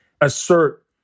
assert